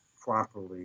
properly